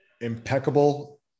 Impeccable